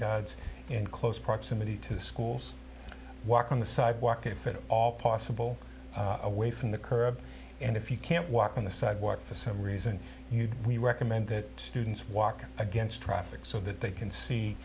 guards in close proximity to schools walk on the sidewalk if it all possible away from the curb and if you can't walk on the sidewalk for some reason we recommend that students walk against traffic so that they can see